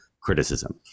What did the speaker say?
criticism